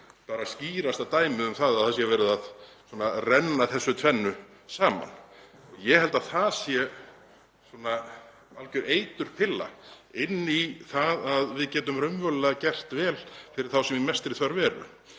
bara skýrasta dæmið um að verið sé að renna þessu tvennu saman. Ég held að það sé alger eiturpilla inn í það að við getum raunverulega gert vel fyrir þá sem í mestri þörf eru